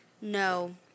No